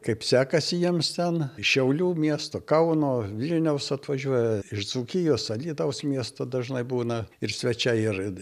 kaip sekasi jiems ten iš šiaulių miesto kauno vilniaus atvažiuoja iš dzūkijos alytaus miesto dažnai būna ir svečiai ir